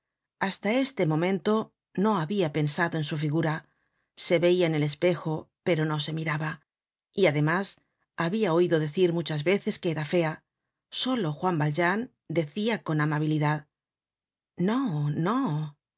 hasta este momento no habia pensado en su figura se veia en el espejo pero no se miraba y además habia oido decir muchas veces que era fea solo juan valjean decia con amabilidad no no